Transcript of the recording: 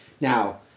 Now